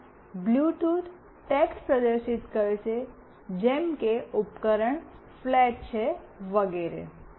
તેથી Bluetooth text પ્રદર્શિત કરશે જેમ કે ઉપકરણ ફ્લેટ છે વગેરે